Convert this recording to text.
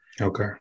Okay